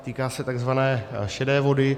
Týká se takzvané šedé vody.